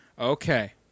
Okay